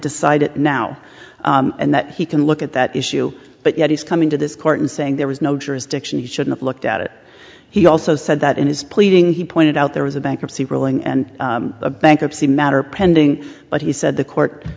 decide it now and that he can look at that issue but yet he's coming to this court and saying there was no jurisdiction he shouldn't looked at it he also said that in his pleading he pointed out there was a bankruptcy ruling and a bankruptcy matter pending but he said the court